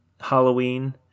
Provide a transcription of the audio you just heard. Halloween